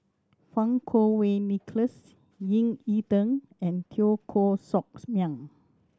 Fang Kuo Wei Nicholas Ying E Ding and Teo Koh Socks Miang